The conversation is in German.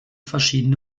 verschiedene